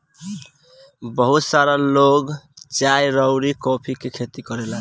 बहुत सारा लोग चाय अउरी कॉफ़ी के खेती करेला